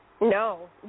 No